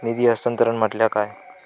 निधी हस्तांतरण म्हटल्या काय?